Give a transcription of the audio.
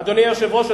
אדוני היושב-ראש,